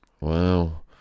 Wow